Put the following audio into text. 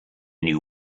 new